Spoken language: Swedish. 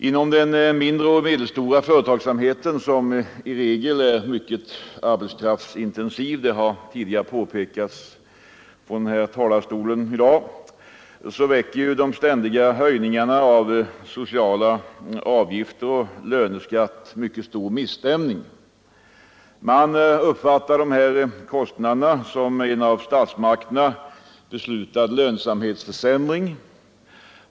Inom den mindre och medelstora företagsamheten, som i regel är mycket arbetskraftsintensiv — det har tidigare påpekats från den här talarstolen i dag väcker de ständiga höjningarna av socialavgifter och löneskatt mycket stor misstämning. Man uppfattar dessa kostnader som en av statsmakterna beslutad lönsamhetsförsämring.